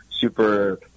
super